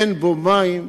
אין בו מים,